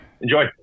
Enjoy